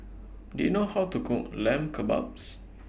Do YOU know How to Cook Lamb Kebabs